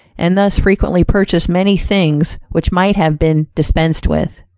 and thus frequently purchase many things which might have been dispensed with.